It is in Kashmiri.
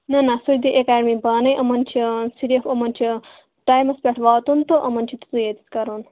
نہَ نہَ سۄ دِیہِ اکیڈمی پانے یِمن چھُ صِرف یِمن چھُ ٹایمَس پیٚٹھ واتُن تہٕ یِمن چھُ تِیُتُے یوت کرُن